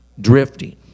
drifting